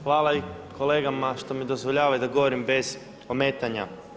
Hvala i kolegama što mi dozvoljavaju da govorim bez ometanja.